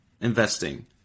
investing